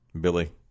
Billy